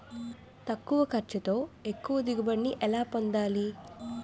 తక్కువ ఖర్చుతో ఎక్కువ దిగుబడి ని ఎలా పొందాలీ?